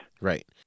Right